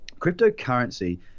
Cryptocurrency